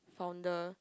founder